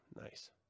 nice